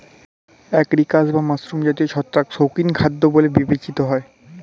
agaricus বা mushroom জাতীয় ছত্রাক শৌখিন খাদ্য বলে বিবেচিত হয়